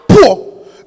poor